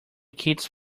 kids